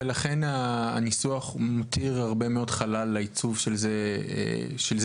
ולכן הניסוח מותיר הרבה מאוד חלל לעיצוב של זה בדיוק.